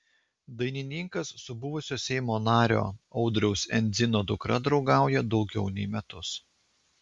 dainininkas su buvusio seimo nario audriaus endzino dukra draugauja daugiau nei metus